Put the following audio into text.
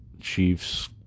Chiefs